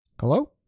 hello